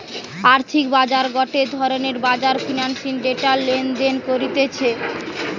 আর্থিক বাজার গটে ধরণের বাজার ফিন্যান্সের ডেটা লেনদেন করতিছে